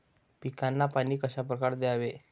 पिकांना पाणी कशाप्रकारे द्यावे?